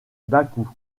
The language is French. bakou